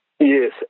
Yes